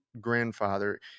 grandfather